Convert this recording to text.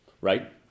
Right